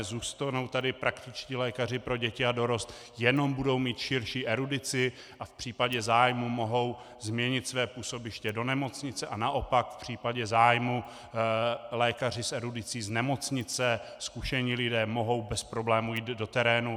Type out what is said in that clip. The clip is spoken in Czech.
Zůstanou tady praktičtí lékaři pro děti a dorost, jenom budou mít širší erudici a v případě zájmu mohou změnit své působiště do nemocnice, a naopak v případě zájmu lékaři s erudicí z nemocnice, zkušení lidé, mohou bez problému jít do terénu.